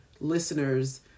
listeners